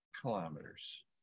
kilometers